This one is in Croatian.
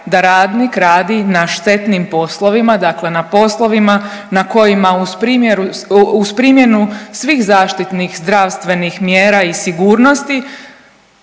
da radnik radi na štetnim poslovima, dakle na poslovima na kojima uz primjenu svih zaštitnih zdravstvenih mjera i sigurnosti